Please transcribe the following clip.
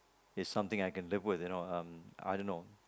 is something I can live with you know um I don't know